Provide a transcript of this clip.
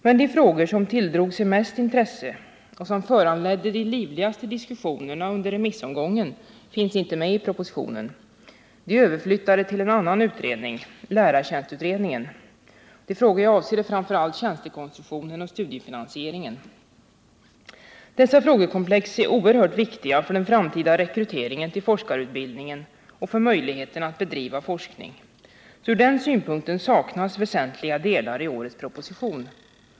Men de frågor som tilldrog sig mest intresse och som föranledde de livligaste diskussionerna under remissomgången finns inte med i propositionen. De är överflyttade till en annan utredning — lärartjänstutredningen. De frågor jag avser är tjänstekonstruktionen och studiefinansieringen. Dessa frågekomplex är oerhört viktiga för den framtida rekryteringen till forskarutbildningen och för möjligheterna att bedriva forskning. Så ur den synpunkten saknas väsentliga delar i årets proposition.